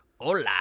Hola